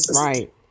Right